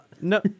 No